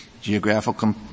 geographical